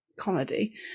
comedy